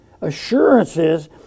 assurances